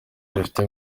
rifite